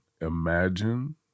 imagine